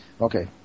okay